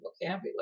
vocabulary